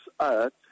earth